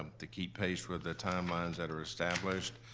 um to keep pace with the timelines that are established,